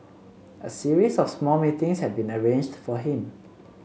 a series of small meetings had been arranged for him